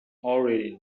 already